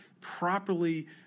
properly